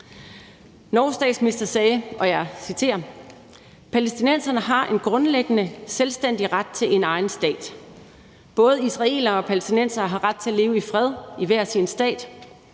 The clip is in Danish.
Norges statsminister sagde, og jeg citerer: »Palæstinenserne har en grundlæggende, selvstændig ret til en egen stat. Både israelere og palæstinensere har ret til at leve i fred i hver sin stat.